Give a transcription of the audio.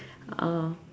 oh